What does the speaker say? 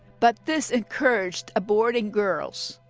but this encouraged aborting girls,